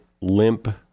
limp